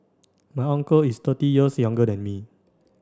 my uncle is thirty years younger than me